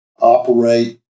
operate